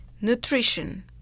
nutrition